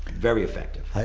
very effective.